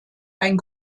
ein